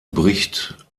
bricht